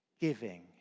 giving